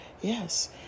yes